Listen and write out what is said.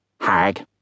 Hag